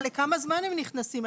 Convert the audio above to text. לכמה זמן הם נכנסים.